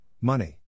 money